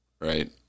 right